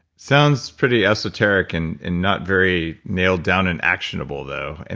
sounds pretty esoteric and and not very nailed down and actionable though. and